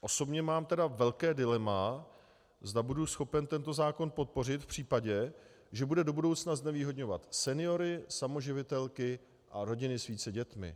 Osobně mám tedy velké dilema, zda budu schopen tento zákon podpořit v případě, že bude do budoucna znevýhodňovat seniory, samoživitelky a rodiny s více dětmi.